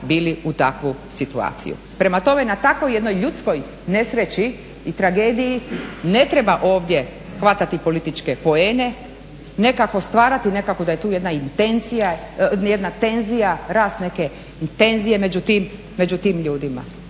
bili u takvu situaciju. Prema tome na takvoj jednoj ljudskoj nesreći i tragediji ne treba ovdje hvatati političke poene, nekako stvarati, nekako da je tu jedna tenzija, rast neke i tenzije među tim ljudima.